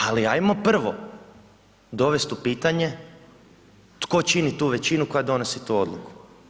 Ali, hajmo prvo dovesti u pitanje tko čini tu većinu koja donosi tu odluku.